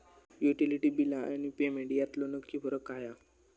Utility बिला आणि payment यातलो नक्की फरक काय हा?